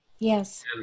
Yes